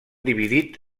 dividit